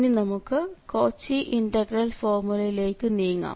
ഇനി നമുക്ക് Cauchy integral ഫോർമുലയിലേക്കു നീങ്ങാം